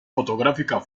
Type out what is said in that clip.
fotográfica